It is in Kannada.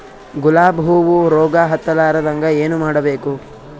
ಗುಲಾಬ್ ಹೂವು ರೋಗ ಹತ್ತಲಾರದಂಗ ಏನು ಮಾಡಬೇಕು?